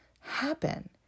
happen